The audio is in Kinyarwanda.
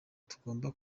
tugomba